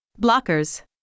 Blockers